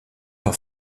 leur